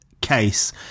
case